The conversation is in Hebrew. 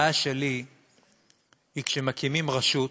הבעיה שלי היא שמקימים רשות,